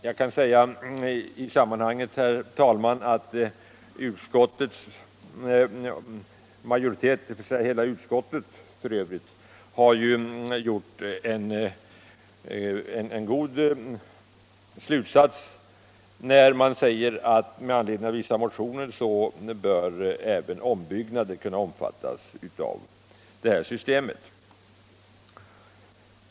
Jag kan i det sammanhanget säga, herr talman, att ett enhälligt utskott har dragit en god slutsats när det säger att med anledning av vissa motioner även ombyggnader bör kunna omfattas av detta system.